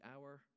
hour